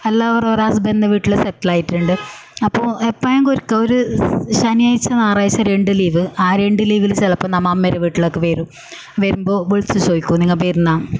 എല്ലാവരും അവരുടെ ഹസ്ബൻഡിൻ്റെ വീട്ടിൽ സെറ്റിൽ ആയിട്ടുണ്ട് അപ്പോൾ എപ്പേങ്കിൽ ഒരിക്കൽ ഒരു ശനിയാഴ്ച ഞായറാഴ്ച രണ്ട് ലീവ് ആ രണ്ട് ലീവിൽ ചിലപ്പോൾ നമ്മൾ അമ്മയുടെ വീട്ടിലൊക്കെ വരും വരുമ്പോൾ വിളിച്ചു ചോദിക്കും നിങ്ങൾ വരുന്നോ